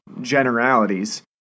generalities